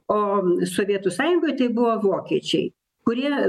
o sovietų sąjungoj tai buvo vokiečiai kurie